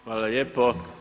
Hvala lijepo.